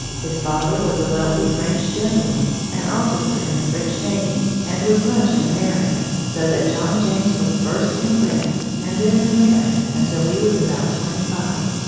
his father was a wealthy french gentleman, an officer in the french navy, and was much in america, so that john james was first in france and then in america until he was about twenty-five,